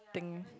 thing